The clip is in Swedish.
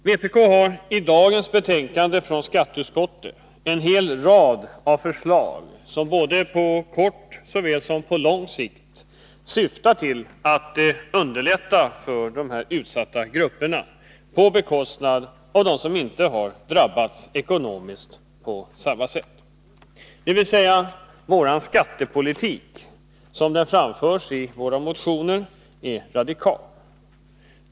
Vpk har i dagens betänkande från skatteutskottet en hel rad förslag som på såväl kort som lång sikt syftar till att underlätta för dessa utsatta grupper på bekostnad av dem som inte har drabbats ekonomiskt på samma sätt, dvs. vår skattepolitik, såsom den framställs i våra motioner, är radikal.